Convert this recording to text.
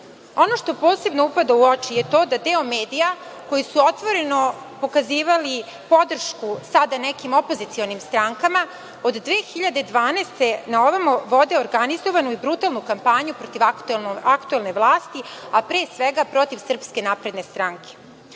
što posebno upada u oči je to da deo medija koji su otvoreno pokazivali podršku sada nekim opozicionim strankama od 2012. godine vode organizovanu i brutalnu kampanju protiv aktuelne vlasti, a pre svega protiv SNS. Glavna meta